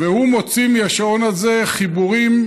והוא מוציא מהשעון הזה חיבורים